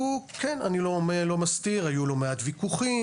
וכן, אני לא מסתיר היו לא מעט ויכוחים.